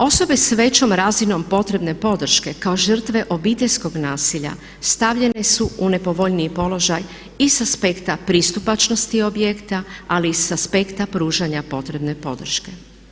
Osobe s većom razinom potrebne podrške kao žrtve obiteljskog nasilja stavljene su u nepovoljniji položaj i sa aspekta pristupačnosti objekta, ali i sa aspekta pružanja potrebne podrške.